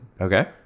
Okay